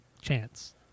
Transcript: chance